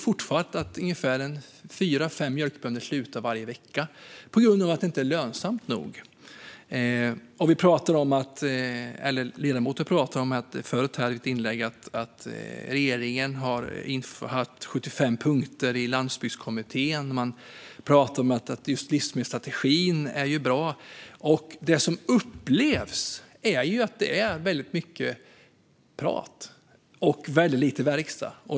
Fortfarande slutar ungefär fyra fem mjölkbönder varje vecka på grund av att det inte är lönsamt nog. Ledamoten pratade i ett inlägg här om att regeringen har haft 75 punkter i Landsbygdskommittén. Man pratar om att livsmedelsstrategin är bra. Det som upplevs är att det är väldigt mycket prat och väldigt lite verkstad.